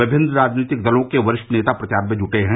विभिन्न राजनीतिक दलों के वरिष्ठ नेता प्रचार में जुटे हैं